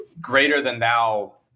greater-than-thou